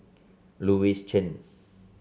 Louis Chen